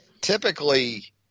typically